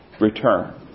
return